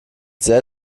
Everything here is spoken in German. sehr